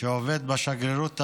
שעובד בשגרירות האמריקנית,